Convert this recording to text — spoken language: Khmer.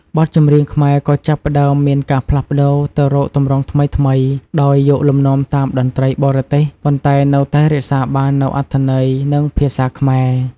បទចម្រៀងខ្មែរក៏ចាប់ផ្តើមមានការផ្លាស់ប្តូរទៅរកទម្រង់ថ្មីៗ ដោយយកលំនាំតាមតន្ត្រីបរទេស ប៉ុន្តែនៅតែរក្សាបាននូវអត្ថន័យ និងភាសាខ្មែរ។